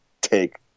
take